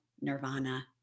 nirvana